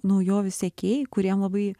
naujovių sekėjai kuriem labai